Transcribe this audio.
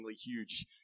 huge